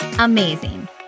amazing